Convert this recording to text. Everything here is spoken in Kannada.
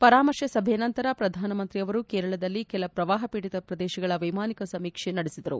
ಪರಾಮರ್ಶೆ ಸಭೆಯ ನಂತರ ಪ್ರಧಾನಿಮಂತ್ರಿಯವರು ಕೇರಳದಲ್ಲಿ ಕೆಲ ಪ್ರವಾಹ ಖೀಡಿತ ಪ್ರದೇಶಗಳ ವೈಮಾನಿಕ ಸಮೀಕ್ಷೆ ನಡೆಸಿದರು